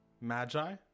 magi